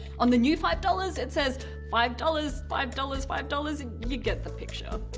on the new five dollars, it says five dollars, five dollars, five dollars and you get the picture.